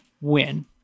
win